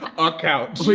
ah couch. with